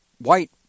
White